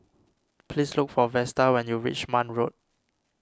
please look for Vesta when you reach Marne Road